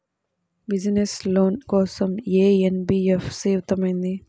Business loan కోసం ఏ NBFC ఉత్తమమైనది?